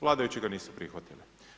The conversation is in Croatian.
Vladajući ga nisu prihvatili.